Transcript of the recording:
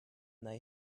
they